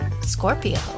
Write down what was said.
Scorpio